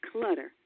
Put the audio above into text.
Clutter